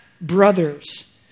brothers